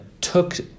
took